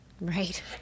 Right